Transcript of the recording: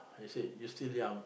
I said you still young